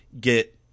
get